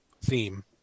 theme